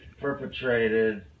perpetrated